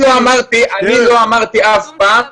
אני מסכים איתך.